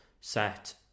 set